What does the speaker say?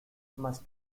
must